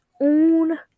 own